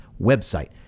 website